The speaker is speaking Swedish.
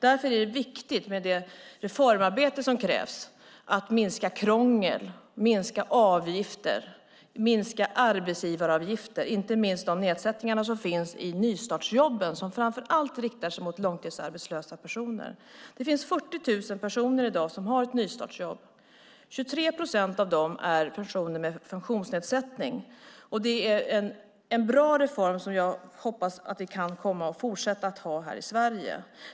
Därför är det viktigt med det reformarbete som krävs, det vill säga att minska krångel, avgifter, arbetsgivaravgifter. Inte minst är det fråga om nedsättningarna i nystartsjobben, som framför allt riktar sig mot långtidsarbetslösa personer. Det finns 40 000 personer i dag som har ett nystartsjobb. 23 procent av dem är personer med funktionsnedsättning. Det är en bra reform som jag hoppas att vi ska fortsätta att ha i Sverige.